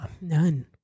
None